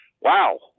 wow